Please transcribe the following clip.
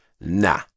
Nah